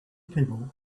people